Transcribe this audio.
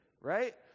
right